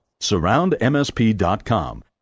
Surroundmsp.com